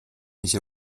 一些